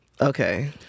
Okay